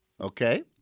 Okay